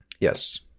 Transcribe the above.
Yes